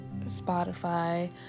Spotify